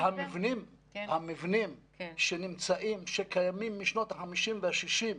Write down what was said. המבנים שקיימים משנות החמישים והשישים,